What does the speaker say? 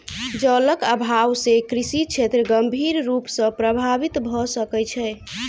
जलक अभाव से कृषि क्षेत्र गंभीर रूप सॅ प्रभावित भ सकै छै